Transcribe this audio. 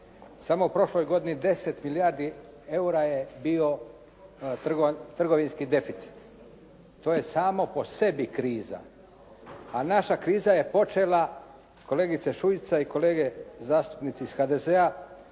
Samo u prošloj godini 10 milijardi eura je bio trgovinski deficit. To je samo po sebi kriza. A naša kriza je počela kolegice Šuice i kolege zastupnici iz HDZ-a,